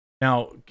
Now